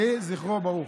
יהי זכרו ברוך.